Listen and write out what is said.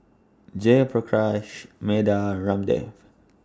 Jayaprakash Medha Ramdev